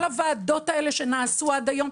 כל הוועדות האלה שנעשו עד היום,